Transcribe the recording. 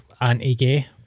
anti-gay